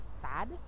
Sad